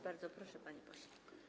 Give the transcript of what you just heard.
Bardzo proszę, panie pośle.